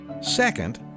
Second